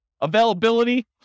Availability